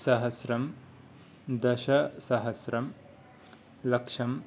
सहस्रं दशसहस्रं लक्षम्